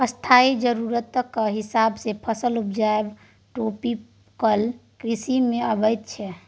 स्थानीय जरुरतक हिसाब सँ फसल उपजाएब ट्रोपिकल कृषि मे अबैत छै